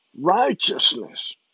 righteousness